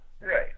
Right